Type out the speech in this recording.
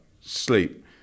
sleep